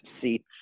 seats